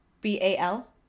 B-A-L